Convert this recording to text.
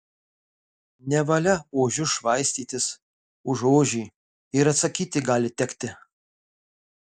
nevalia ožiu švaistytis už ožį ir atsakyti gali tekti